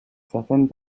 certaines